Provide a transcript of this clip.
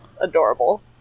adorable